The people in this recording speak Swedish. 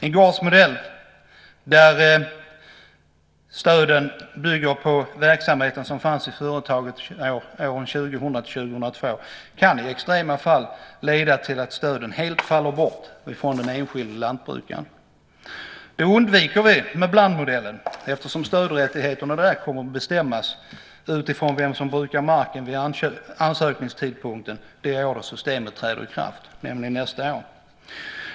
En gårdsmodell där stöden fördelas utifrån den verksamhet som fanns i företaget 2000-2002 kan i extrema fall leda till att stöden helt faller bort från den enskilda lantbrukaren. Detta undviker vi med blandmodellen eftersom stödrättigheterna kommer att bestämmas utifrån vem som brukar marken vid ansökningstidpunkten det år då systemet träder i kraft, nämligen nästa år.